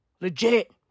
Legit